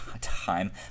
time